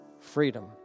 freedom